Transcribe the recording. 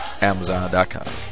amazon.com